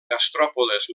gastròpodes